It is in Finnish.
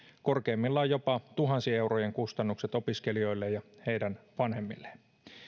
korkeimmillaan jopa tuhansien eurojen kustannukset opiskelijoille ja heidän vanhemmilleen